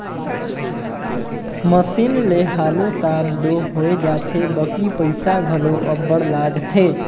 machine ले हालु काम दो होए जाथे बकि पइसा घलो अब्बड़ लागथे